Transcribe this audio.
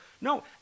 No